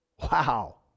wow